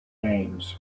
names